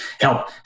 help